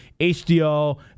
HDL